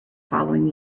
following